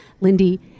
Lindy